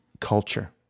culture